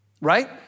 right